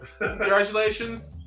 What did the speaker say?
Congratulations